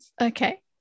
Okay